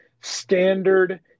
standard